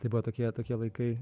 tai buvo tokie tokie laikai